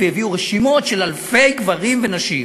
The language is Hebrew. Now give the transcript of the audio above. והביאו רשימות של אלפי גברים ונשים,